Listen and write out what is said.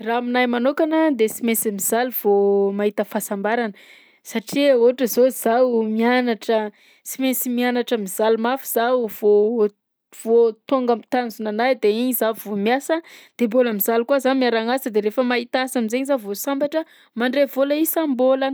Raha aminahy manokana de sy mainsy mizaly vao mahita fahasambarana satria ohatra zao zaho mianatra sy mainsy mianatra mizaly mafy zaho vao vao tonga am'tanjonanahy de iny za vao miasa. De mbôla mizaly koa za miaragna asa de rehefa mahita asa am'zaigny za vao sambatra, mandray vôla isam-bôlana.